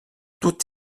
tout